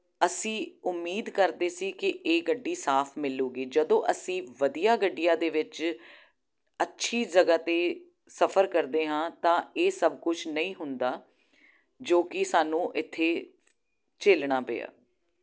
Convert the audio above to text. ਅਸੀਂ ਉਮੀਦ ਕਰਦੇ ਸੀ ਕਿ ਇਹ ਗੱਡੀ ਸਾਫ ਮਿਲੂਗੀ ਜਦੋਂ ਅਸੀਂ ਵਧੀਆ ਗੱਡੀਆਂ ਦੇ ਵਿੱਚ ਅੱਛੀ ਜਗ੍ਹਾ 'ਤੇ ਸਫਰ ਕਰਦੇ ਹਾਂ ਤਾਂ ਇਹ ਸਭ ਕੁਝ ਨਹੀਂ ਹੁੰਦਾ ਜੋ ਕਿ ਸਾਨੂੰ ਇੱਥੇ ਝੇਲਣਾ ਪਿਆ